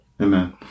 Amen